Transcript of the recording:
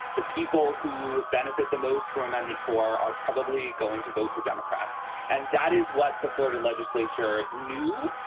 the people who benefit the most from amendment four are probably going to vote for democrats and that is what the florida legislature knew.